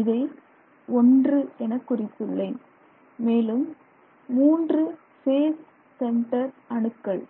இதை ஒன்று என குறித்துள்ளேன் மேலும் 3 ஃபேஸ் சென்டர் அணுக்கள்